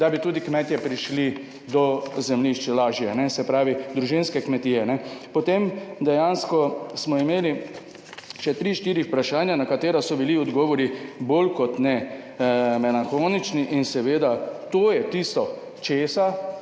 da bi tudi kmetje prišli do zemljišč lažje, se pravi, družinske kmetije. Potem dejansko smo imeli še tri, štiri vprašanja na katera so bili odgovori bolj kot ne melanholični, in seveda to je tisto česar